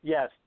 Yes